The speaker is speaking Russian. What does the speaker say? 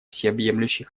всеобъемлющий